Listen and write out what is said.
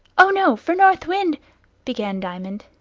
oh no, for north wind began diamond,